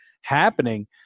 happening